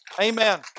Amen